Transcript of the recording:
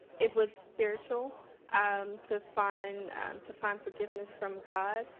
it was spiritual um to find to find forgiveness from god,